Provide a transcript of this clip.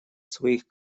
своих